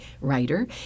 writer